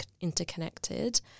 interconnected